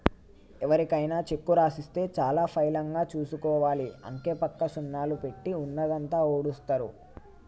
ఎవరికైనా చెక్కు రాసిస్తే చాలా పైలంగా చూసుకోవాలి, అంకెపక్క సున్నాలు పెట్టి ఉన్నదంతా ఊడుస్తరు